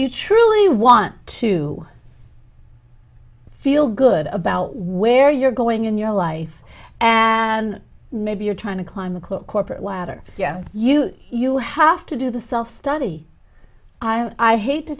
truly want to feel good about where you're going in your life and maybe you're trying to climb a close corporate ladder yes you you have to do the self study i hate to